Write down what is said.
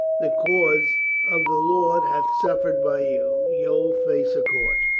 the cause of the lord hath suffered by you. you'll face a court.